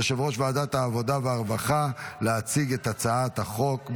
יושב-ראש ועדת העבודה והרווחה להציג את הצעת החוק,